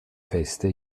feste